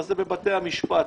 אבל זה בבתי המשפט.